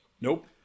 Nope